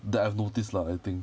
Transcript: that I've noticed lah I think